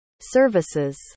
services